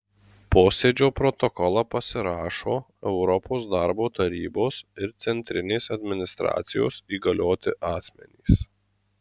posėdžio protokolą pasirašo europos darbo tarybos ir centrinės administracijos įgalioti asmenys